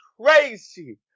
crazy